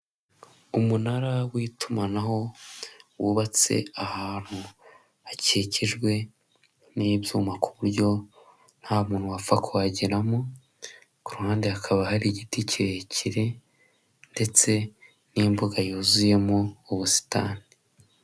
Umunara w'itumanaho wubatse ahantu hakikijwe n'ibyuma ku buryo nta muntu wapfa kuhageramo, ku ruhande hakaba hari igiti kirekire, ndetse n'imbuga yuzuyemo ubusitani.